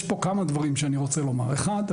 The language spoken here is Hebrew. יש פה כמה דברים שאני רוצה לומר: אחד,